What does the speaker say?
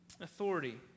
authority